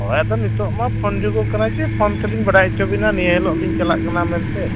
ᱦᱳᱭ ᱟᱫᱚ ᱱᱤᱛᱚᱜᱼᱢᱟ ᱯᱷᱳᱱ ᱡᱩᱜᱽ ᱠᱟᱱᱟ ᱥᱮ ᱯᱷᱳᱱ ᱛᱮᱞᱤᱧ ᱵᱟᱰᱟᱭ ᱦᱚᱪᱚ ᱵᱤᱱᱟ ᱱᱤᱭᱟᱹ ᱦᱤᱞᱳᱜ ᱞᱤᱧ ᱪᱟᱞᱟᱜ ᱠᱟᱱᱟ ᱢᱮᱱᱛᱮ